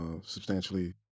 Substantially